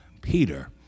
Peter